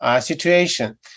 situation